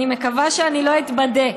אני מקווה שלא אתבדה.